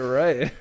right